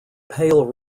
pale